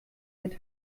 mit